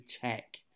tech